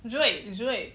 睿睿